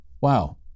wow